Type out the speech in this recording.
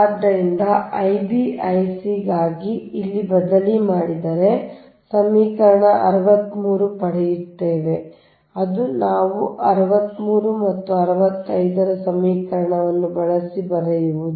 ಆದ್ದರಿಂದ Ib Ic ಗಾಗಿ ಇಲ್ಲಿ ಬದಲಿ ಮಾಡಿದರೆ ಸಮೀಕರಣ 63 ಪಡೆಯುತ್ತೇವೆ ಅದು ನಾವು 63 ಮತ್ತು 65 ರ ಸಮೀಕರಣವನ್ನು ಬಳಸಿ ಬರೆಯುವುದು